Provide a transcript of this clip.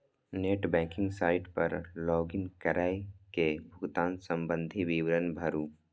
net banking site पर log in कैर के भुगतान संबंधी विवरण भरू